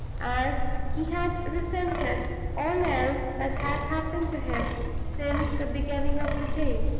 as he had resented all else that had happened to him since the beginning of the day.